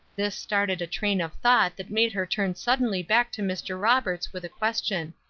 this started a train of thought that made her turn suddenly back to mr. roberts with a question.